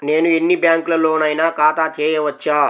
నేను ఎన్ని బ్యాంకులలోనైనా ఖాతా చేయవచ్చా?